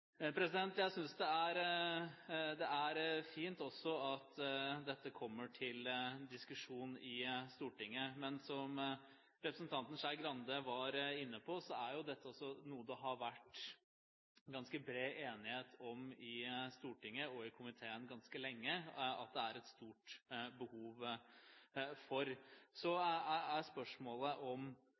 Jeg synes det er fint også at dette kommer til diskusjon i Stortinget. Men som representanten Skei Grande var inne på, er dette noe det har vært ganske bred enighet om ganske lenge i Stortinget og i komiteen om at det er et stort behov for. Så er spørsmålet om